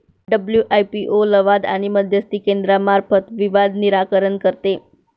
WIPO लवाद आणि मध्यस्थी केंद्रामार्फत विवाद निराकरण करते